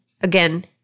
Again